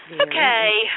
Okay